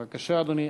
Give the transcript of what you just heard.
בבקשה, אדוני.